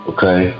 Okay